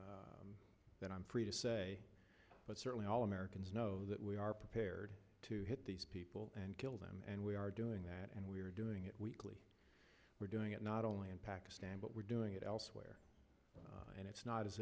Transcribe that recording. than that i'm free to say but certainly all americans know that we are prepared to hit these people and kill them and we are doing that and we're doing it weekly we're doing it not only in pakistan but we're doing it elsewhere and it's not as